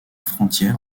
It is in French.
frontière